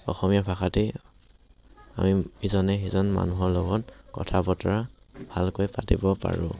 অসমীয়া ভাষাতেই আমি ইজনে সিজন মানুহৰ লগত কথা বতৰা ভালকৈ পাতিব পাৰোঁ